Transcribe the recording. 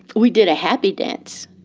we did a happy dance.